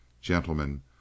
Gentlemen